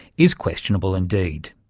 is questionable indeed.